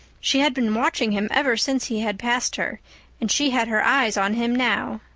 she had been watching him ever since he had passed her and she had her eyes on him now.